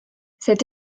cette